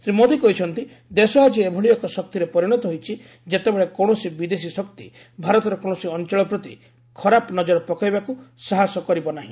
ଶ୍ରୀ ମୋଦି କହିଛନ୍ତି ଦେଶ ଆଜି ଏଭଳି ଏକ ଶକ୍ତିରେ ପରିଣତ ହୋଇଛି ଯେତେବେଳେ କୌଣସି ବିଦେଶୀ ଶକ୍ତି ଭାରତର କୌଣସି ଅଞ୍ଚଳ ପ୍ରତି ଖରାପ ନଜର ପକାଇବାକୃ ସାହାସ କରିବ ନାହିଁ